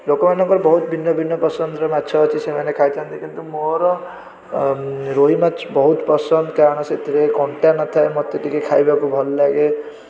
ଲୋକମାନଙ୍କର ବହୁତ ଭିନ୍ନ ଭିନ୍ନ ପସନ୍ଦର ମାଛ ଅଛି ସେମାନେ ଖାଇଥାନ୍ତି କିନ୍ତୁ ମୋର ରୋହି ମାଛ ବହୁତ ପସନ୍ଦ କାରଣ ସେଥିରେ କଣ୍ଟା ନଥାଏ ମୋତେ ଟିକିଏ ଖାଇବାକୁ ଭଲଲାଗେ